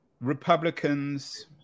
Republicans